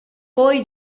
poi